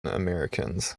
americans